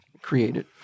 created